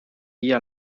dia